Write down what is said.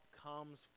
comes